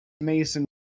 Mason